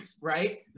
right